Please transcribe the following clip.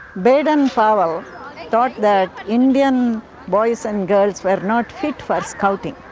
baden powell thought that but indian boys and girls were not fit for scouting,